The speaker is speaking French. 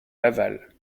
laval